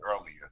earlier